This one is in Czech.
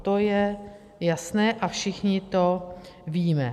To je jasné a všichni to víme.